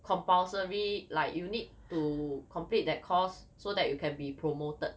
compulsory like you need to complete that course so that you can be promoted